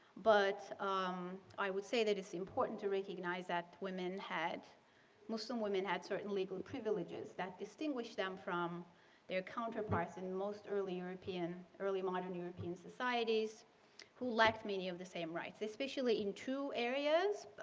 but um i would say that it's important to recognize that women had muslim women had certainly and privileges that distinguish them from their counterparts in most early european early modern european societies who liked many of the same rights, especially in two areas,